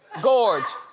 gorge.